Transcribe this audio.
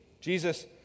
Jesus